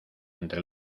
entre